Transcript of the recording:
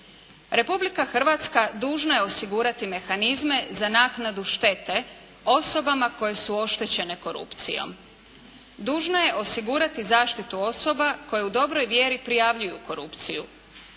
Republika Hrvatska dužna je osigurati mehanizme za naknadu štete osobama koje su oštećene korupcijom. Dužna je osigurati zaštitu osoba koje u dobroj vjeri prijavljuju korupciju.